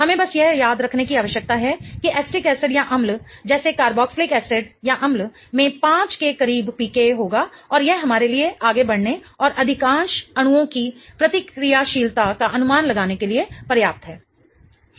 हमें बस यह याद रखने की आवश्यकता है कि एसिटिक एसिडअम्ल जैसे कार्बोक्जिलिक एसिडअम्ल में 5 के करीब pKa होगा और यह हमारे लिए आगे बढ़ने और अधिकांश अणुओं की प्रतिक्रियाशीलता का अनुमान लगाने के लिए पर्याप्त है